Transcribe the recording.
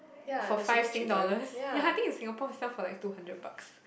for five Sing dollars ya I think in Singapore sell for like two hundred bucks